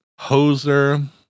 Hoser